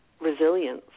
resilience